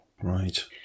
Right